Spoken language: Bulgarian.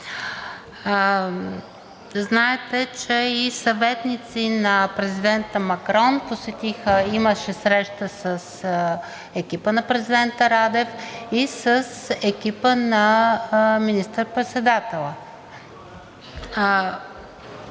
Знаете, че и съветници на президента Макрон посетиха. Имаше среща с екипа на президента Радев и с екипа на министър председателя.